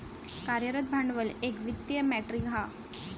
कार्यरत भांडवल एक वित्तीय मेट्रीक हा